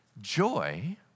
joy